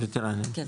ווטרנים, כן.